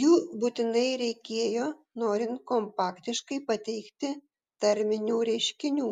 jų būtinai reikėjo norint kompaktiškai pateikti tarminių reiškinių